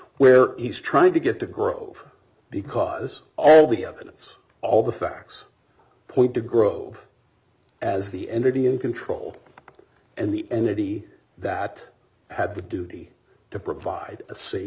where he's trying to get to grove because all the evidence all the facts point to grow as the entity in control and the entity that had the duty to provide